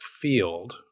field